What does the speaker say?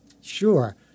Sure